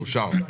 הסעיף אושר.